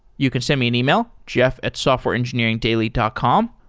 you can send me an email, jeff at softwareengineeringdaily dot com.